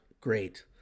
great